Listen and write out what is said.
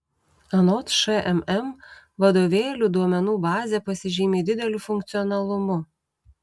anot šmm vadovėlių duomenų bazė pasižymi dideliu funkcionalumu